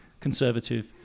conservative